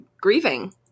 grieving